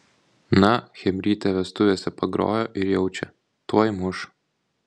na chebrytė vestuvėse pagrojo ir jaučia tuoj muš